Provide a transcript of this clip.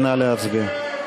נא להצביע.